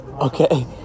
Okay